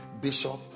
bishop